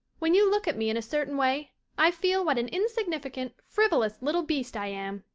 when you look at me in a certain way i feel what an insignificant, frivolous little beast i am,